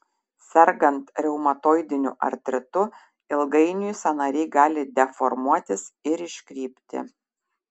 sergant reumatoidiniu artritu ilgainiui sąnariai gali deformuotis ir iškrypti